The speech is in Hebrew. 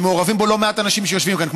שמעורבים בו לא מעט אנשים שיושבים כאן,